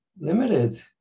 limited